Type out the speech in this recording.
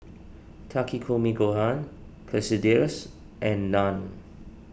Takikomi Gohan Quesadillas and Naan